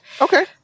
Okay